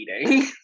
eating